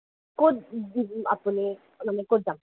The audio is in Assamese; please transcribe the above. ক'ত আপুনি মানে ক'ত যাম